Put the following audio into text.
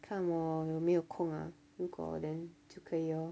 看我有没有空啊如果 then 就可以哦